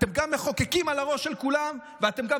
אתם גם מחוקקים על הראש של כולם ואתם גם